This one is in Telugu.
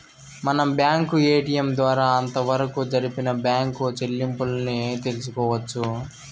మనం బ్యాంకు ఏటిఎం ద్వారా అంతవరకు జరిపిన బ్యాంకు సెల్లింపుల్ని తెలుసుకోవచ్చు